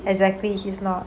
exactly he's not